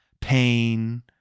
pain